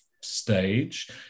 stage